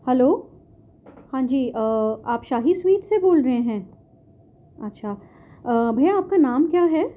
hello ہاں جی آپ شاہی سوئٹ سے بول رہے ہیں اچھا بھیا آپ کا نام کیا ہے